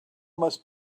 must